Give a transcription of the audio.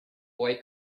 boy